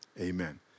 amen